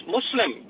Muslim